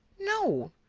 no,